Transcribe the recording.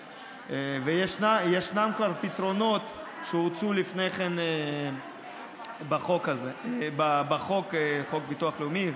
וישנם כבר פתרונות שהוצעו לפני כן בחוק הביטוח הלאומי,